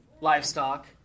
livestock